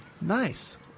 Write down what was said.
Nice